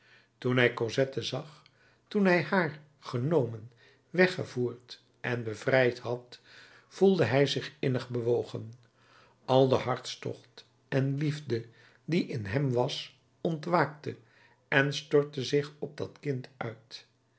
hij cosette zag toen hij haar genomen weggevoerd en bevrijd had voelde hij zich innig bewogen al de hartstocht en liefde die in hem was ontwaakte en stortte zich op dat kind uit